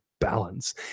balance